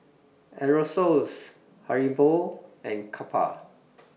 Aerosoles Haribo and Kappa